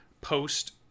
post